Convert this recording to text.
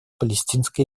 палестинской